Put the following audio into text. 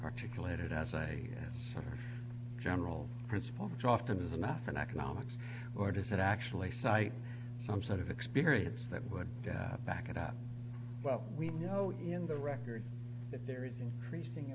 articulated as a for general principle which often is enough and economics or does it actually cite some sort of experience that would back it up well we know in the record that there is increasing